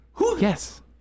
Yes